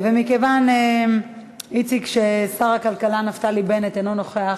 מכיוון ששר הכלכלה נפתלי בנט אינו נוכח,